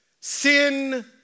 Sin